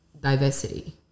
diversity